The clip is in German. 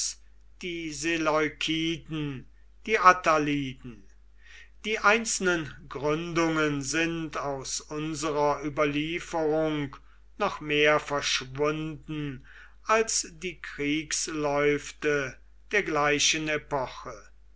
die seleukiden die attaliden die einzelnen gründungen sind aus unserer überlieferung noch mehr verschwunden als die kriegsläufte der gleichen epoche